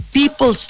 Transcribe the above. people